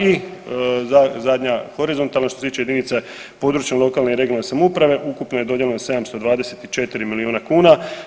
I zadnja horizontalna što se tiče jedinica područne, lokalne i regionalne samouprave ukupno je dodijeljeno 724 miliona kuna.